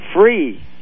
free